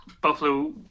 Buffalo